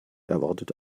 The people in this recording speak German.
erwartet